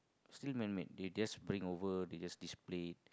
still man made they just bring over they just display